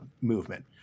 movement